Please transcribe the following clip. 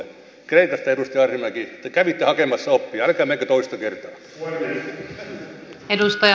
kreikasta edustaja arhinmäki te kävitte hakemassa oppia älkää menkö toista kertaa